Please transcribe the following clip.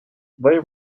they